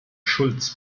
schulz